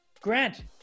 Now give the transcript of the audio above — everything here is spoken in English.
Grant